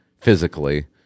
physically